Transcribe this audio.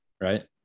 right